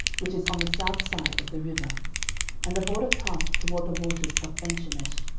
which is on the south side of the river and the border passed toward the waters of enshemesh,